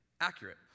Accurate